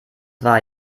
war